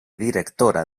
directora